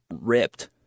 ripped